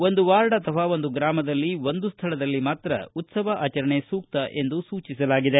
ಒಂದು ವಾರ್ಡ್ ಅಥವಾ ಒಂದು ಗ್ರಾಮದಲ್ಲಿ ಒಂದು ಸ್ಥಳದಲ್ಲಿ ಮಾತ್ರ ಉತ್ತವ ಆಚರಣೆ ಸೂಕ್ತ ಎಂದು ಸೂಚಿಸಲಾಗಿದೆ